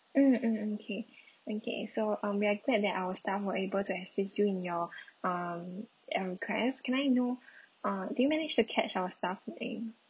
mm mm okay okay so um we're glad that our staff were able to assist you in your um request can I know uh did you manage to catch our staff name